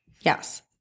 Yes